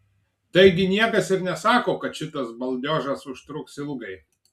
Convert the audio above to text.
taigi niekas ir nesako kad šitas baldiožas užtruks ilgai